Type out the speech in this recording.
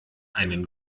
einen